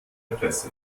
presse